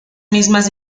mismas